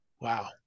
Wow